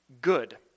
good